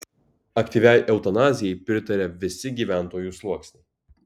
aktyviai eutanazijai pritaria visi gyventojų sluoksniai